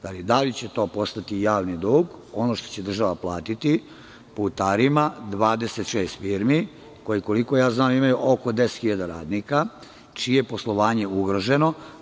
Da li će to postati javni dug, ono što će država platiti putarima 26 firmi, koje koliko ja znam imaju oko 10.000 radnika čije je poslovanje ugroženo?